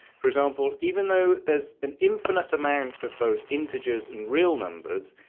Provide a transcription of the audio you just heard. for example, even though there is an infinite amount of both integers and real numbers,